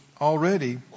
already